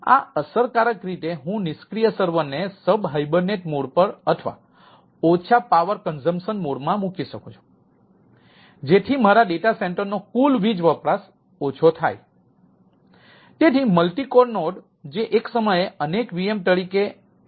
તેથી આ અસરકારક રીતે હું આ નિષ્ક્રિય સર્વરનો કુલ વીજ વપરાશ ઓછો થાય